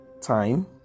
time